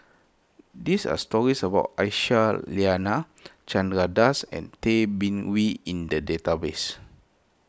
these are stories about Aisyah Lyana Chandra Das and Tay Bin Wee in the database